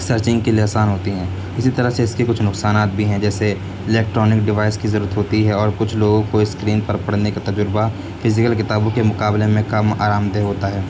searching کے لیے آسان ہوتی ہیں اسی طرح سے اس کے کچھ نقصانات بھی ہیں جیسے الیکٹرانک ڈیوائس کی ضرورت ہوتی ہے اور کچھ لوگوں کو اسکرین پر پڑھنے کا تجربہ فزیکل کتابوں کے مقابلے میں کم آرام دہ ہوتا ہے